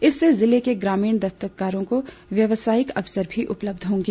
इससे जिले के ग्रामीण दस्तकारों को व्यवसायिक अवसर भी उपलब्ध होंगे